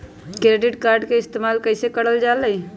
Credit card के इस्तेमाल कईसे करल जा लई?